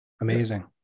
Amazing